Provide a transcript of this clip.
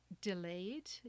delayed